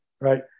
right